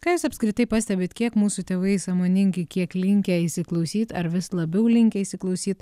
ką jūs apskritai pastebit kiek mūsų tėvai sąmoningi kiek linkę įsiklausyt ar vis labiau linkę įsiklausyt